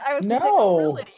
No